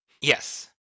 Yes